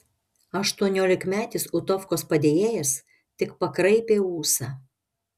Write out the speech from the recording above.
aštuoniolikmetis utovkos padėjėjas tik pakraipė ūsą